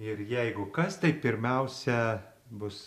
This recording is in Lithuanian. ir jeigu kas tai pirmiausia bus